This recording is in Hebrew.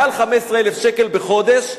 מעל 15,000 שקל בחודש,